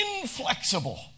inflexible